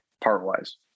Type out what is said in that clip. part-wise